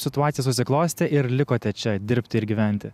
situacija susiklostė ir likote čia dirbti ir gyventi